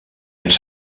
anys